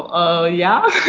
oh. yeah?